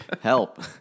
Help